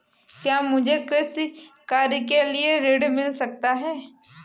क्या मुझे कृषि कार्य के लिए ऋण मिल सकता है?